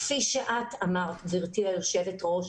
כפי שאת אמרת, גבירתי היושבת ראש,